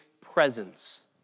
presence